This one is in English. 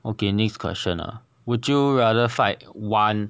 okay next question ah would you rather fight one